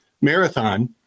marathon